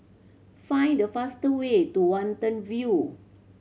find the faster way to Watten View